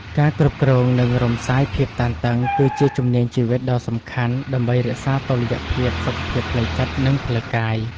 ការគ្រប់គ្រង និងរំសាយភាពតានតឹង គឺជាជំនាញជីវិតដ៏សំខាន់ដើម្បីរក្សាតុល្យភាពសុខភាពផ្លូវចិត្ត និងផ្លូវកាយ។